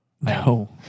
No